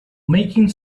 making